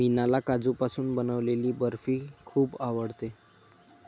मीनाला काजूपासून बनवलेली बर्फी खूप आवडते